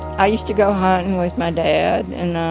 i used to go hunting with my dad and